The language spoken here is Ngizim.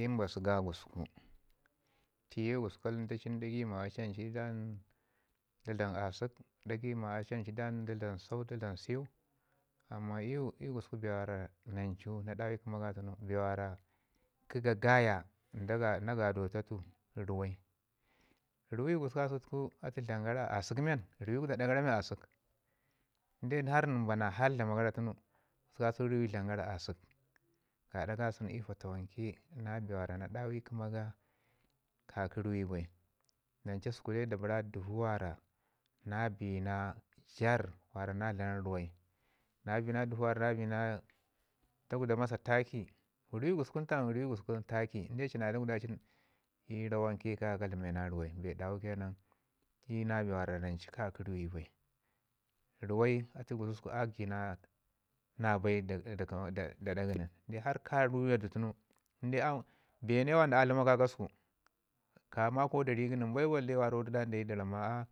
I mbasu ga gusku, tiye gusku ka ləntacin dagai ma ali ancu nda dlam asək ɗagai ma ancu nɗa dlam sau nda dlam səu amman iyu gusku bee wara nancu na ɗawi gəma ga tun kə ga gaya na gadotatu ruwai. Ruwai gususku gasau dlamin gara asək men ruwai da aəa gara tun dlamin gara asək inde har nin bana hal dlama gara tunu gususku kasau ruwai dlamin gara asək. Gaɗa kasən i ya fatawanke na bee na dawu ii kəma ga ka ki ruwe bai. Nan cu səku dai da bara dəvo warn na bi na jarr mi wau na vlam ruwai. Na bina dəvo na bi na dakwda masa taki, ruwai guskun tam ruwai guskin taki. Inde nən na dakwda masa takin i rawan ke kaya ka dlame na ruwai bee dawo ke nan ina bee wara nan ka ki ruwai bai, ruwai atu gususku a kina na bai da aɗa gə nin har inde ka ruya du tunu bee ne warci a dlamau nin kakasəku ka makau da ri gənin bai balle warau da ramma da ramma